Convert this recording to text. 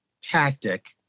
tactic